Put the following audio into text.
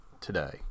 Today